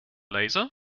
laser